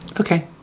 Okay